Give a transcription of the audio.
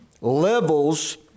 levels